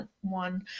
one